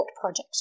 Project